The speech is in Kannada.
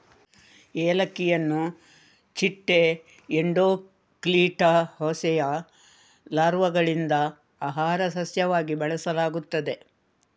ಏಲಕ್ಕಿಯನ್ನು ಚಿಟ್ಟೆ ಎಂಡೋಕ್ಲಿಟಾ ಹೋಸೆಯ ಲಾರ್ವಾಗಳಿಂದ ಆಹಾರ ಸಸ್ಯವಾಗಿ ಬಳಸಲಾಗುತ್ತದೆ